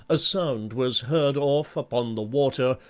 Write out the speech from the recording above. a sound was heard off upon the water,